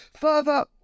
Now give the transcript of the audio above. Further